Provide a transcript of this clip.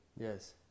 Yes